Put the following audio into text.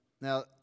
Now